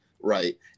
right